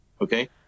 Okay